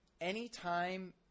anytime